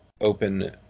open